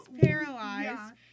paralyzed